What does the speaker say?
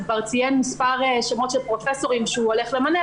כבר ציין מספר שמות של פרופסורים שהוא הולך למנות,